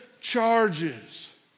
charges